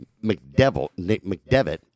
McDevitt